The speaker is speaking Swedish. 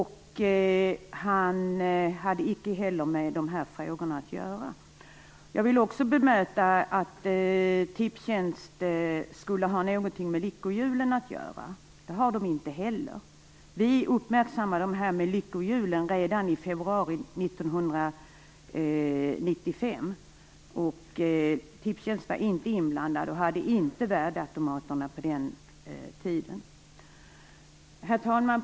Han hade inte heller med de här frågorna att göra. Jag vill också bemöta påståendet att Tipstjänst skulle ha någonting med lyckohjulen att göra. Så är inte fallet. Vi uppmärksammade lyckohjulen redan i februari 1995, och Tipstjänst var inte inblandat och hade inte värdautomaterna på den tiden. Herr talman!